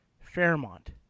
Fairmont